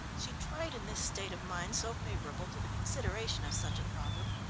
she tried, in this state of mind so favourable to the consideration of such a problem,